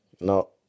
no